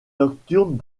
nocturnes